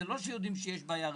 זה לא שיודעים שיש בעיה רפואית,